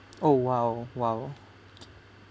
oh !wow! !wow!